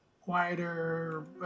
quieter